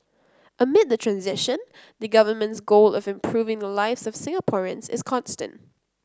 amid the transition the Government's goal of improving the lives of Singaporeans is constant